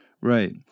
Right